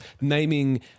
naming